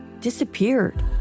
disappeared